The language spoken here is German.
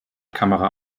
kamera